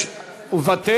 מוותר?